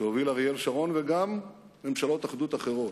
שהוביל אריאל שרון, וגם בממשלות אחדות אחרות,